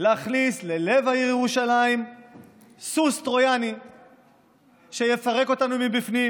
להכניס ללב העיר ירושלים סוס טרויאני שיפרק אותנו מבפנים,